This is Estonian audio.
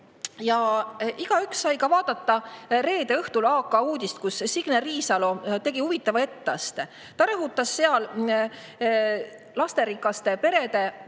Igaüks sai ka vaadata reede õhtul AK uudist, kus Signe Riisalo tegi huvitava etteaste. Ta rõhutas seal lasterikaste perede